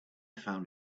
found